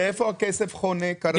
ואיפה הכסף חונה כרגע?